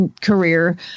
career